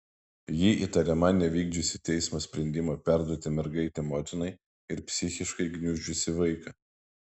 ji įtariama nevykdžiusi teismo sprendimo perduoti mergaitę motinai ir psichiškai gniuždžiusi vaiką